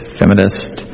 feminist